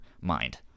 mind